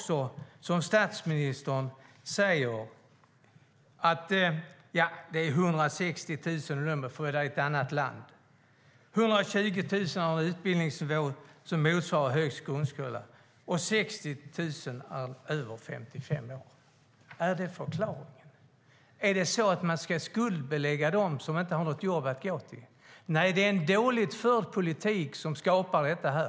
Statsministern säger: 160 000 är födda i ett annat land, 120 000 har en utbildningsnivå som motsvarar högst grundskola och 60 000 är över 55 år. Är det förklaringen? Ska de som inte har ett jobb att gå till skuldbeläggas? Nej, det är en dåligt förd politik som skapar detta.